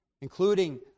including